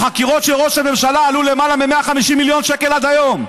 החקירות של ראש הממשלה עלו למעלה מ-150 מיליון שקל עד היום.